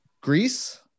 Greece